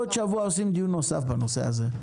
בעוד שבוע נקיים דיון נוסף בנושא הזה,